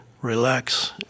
relax